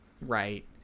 right